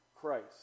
Christ